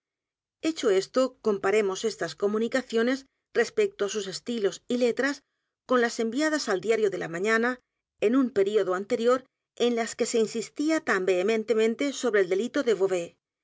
r e mos estas comunicaciones respecto á sus estilos y letras con las enviadas al diario de la mañana en un período anterior en las que se insistía tan vehementemente sobre el delito de